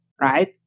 right